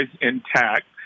intact